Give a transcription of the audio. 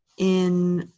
in